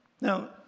Now